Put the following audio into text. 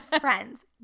friends